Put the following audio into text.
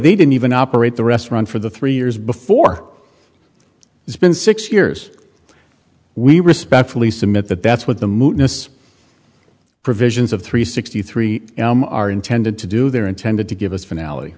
they didn't even operate the restaurant for the three years before it's been six years we respectfully submit that that's what the mootness provisions of three sixty three are intended to do they're intended to give us finale